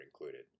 included